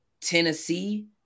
Tennessee